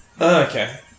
Okay